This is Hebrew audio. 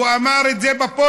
הוא אמר את זה מהפודיום.